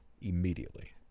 immediately